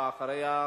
ואחריה,